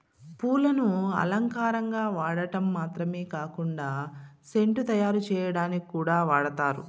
పూలను అలంకారంగా వాడటం మాత్రమే కాకుండా సెంటు తయారు చేయటానికి కూడా వాడతారు